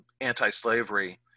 anti-slavery